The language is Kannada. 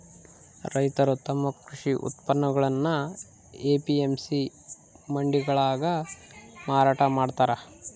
ರೈತರು ತಮ್ಮ ಕೃಷಿ ಉತ್ಪನ್ನಗುಳ್ನ ಎ.ಪಿ.ಎಂ.ಸಿ ಮಂಡಿಗಳಾಗ ಮಾರಾಟ ಮಾಡ್ತಾರ